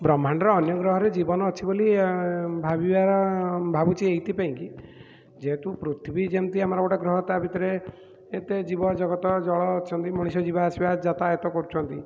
ବ୍ରହ୍ମାଣ୍ଡର ଅନ୍ୟ ଗ୍ରହରେ ଜୀବନ ଅଛି ବୋଲି ଭାବିବା ଭାବୁଛି ଏଇଥି ପାଇଁକି ଯେହେତୁ ପୃଥିବୀ ଯେମିତି ଆମର ଗୋଟିଏ ଗ୍ରହ ତା ଭିତରେ ଏତେ ଜୀବଜଗତ ଜଳ ଅଛନ୍ତି ମଣିଷ ଯିବା ଆସିବା ଯାତାୟତ କରୁଛନ୍ତି